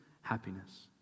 happiness